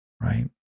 right